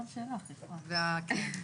תשפ"ב-2021.